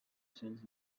cents